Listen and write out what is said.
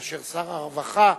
כאשר שר הרווחה,